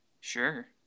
Sure